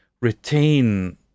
retain